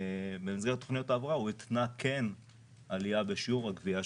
במסגרת תוכניות ההבראה התנו עלייה בשיעור הגבייה,